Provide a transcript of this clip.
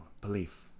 belief